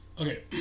Okay